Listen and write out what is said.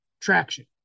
traction